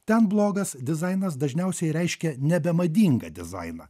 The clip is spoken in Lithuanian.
ten blogas dizainas dažniausiai reiškia nebemadingą dizainą